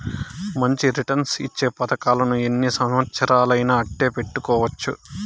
మంచి రిటర్న్స్ ఇచ్చే పతకాలను ఎన్ని సంవచ్చరాలయినా అట్టే పెట్టుకోవచ్చు